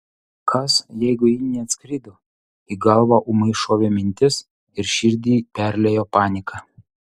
kas jeigu ji neatskrido į galvą ūmai šovė mintis ir širdį perliejo panika